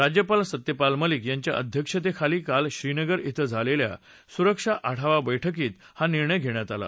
राज्यपाल सत्य मलिक यांच्या अध्यक्षतेखाली काल श्रीनगर क्वें झालेल्या सुरक्षा आढावा बैठकात हा निर्णय घेण्यात आला